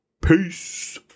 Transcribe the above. Peace